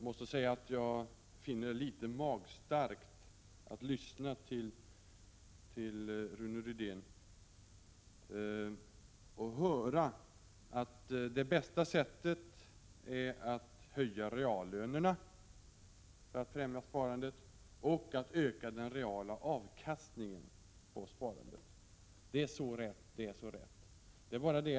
Herr talman! Jag finner det litet magstarkt när Rune Rydén säger att det bästa sättet att främja sparandet är att höja reallönerna och att öka den reala avkastningen på sparandet. Det är så rätt.